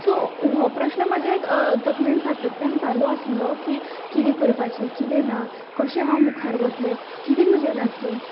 so हो प्रस्न म्हाजे तकलेंत सातत्यान चालू आसलो की कितें करपाचें कितें ना कशें हांव मुखार वतले कितें म्हजें जातलें